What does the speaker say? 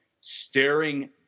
staring